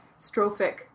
strophic